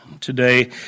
today